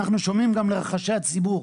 אנחנו שומעים גם לרחשי הציבור.